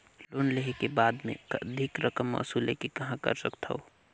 Loan लेहे के बाद मे अधिक रकम वसूले के कहां कर सकथव?